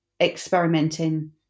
experimenting